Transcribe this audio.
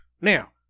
Now